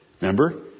Remember